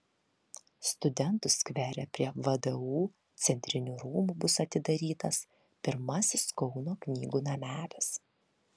studentų skvere prie vdu centrinių rūmų bus atidarytas pirmasis kauno knygų namelis